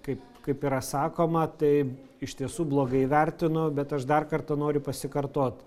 kaip kaip yra sakoma tai iš tiesų blogai vertinu bet aš dar kartą noriu pasikartot